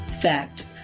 Fact